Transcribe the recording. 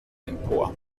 empor